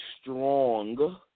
strong